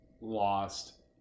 lost